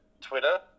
Twitter